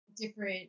different